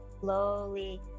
Slowly